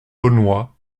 launois